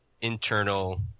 internal